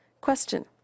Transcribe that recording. question